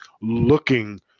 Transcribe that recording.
looking